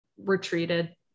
retreated